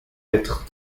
lettres